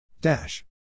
Dash